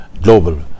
global